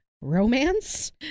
romance